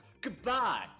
Goodbye